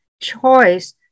choice